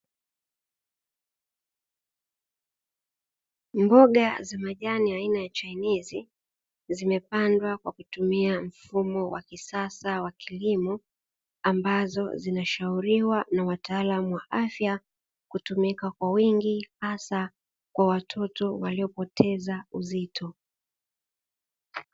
Mboga za majani aina ya chainizi, zimepandwa kutumia mfumo wa kisasa wa kilimo, ambazo zinashauriwa na wataalamu wa afya kutumika kwa wingi hasa kwa wtoto waliopungua uzito.